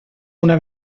una